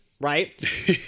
right